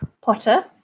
Potter